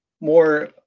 more